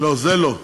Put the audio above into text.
לא, זה לא.